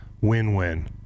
Win-win